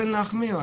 בין להחמיר.